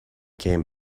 came